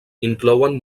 inclouen